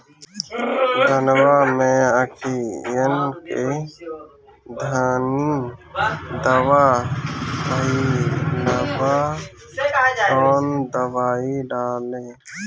धनवा मै अखियन के खानि धबा भयीलबा कौन दवाई डाले?